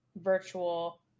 virtual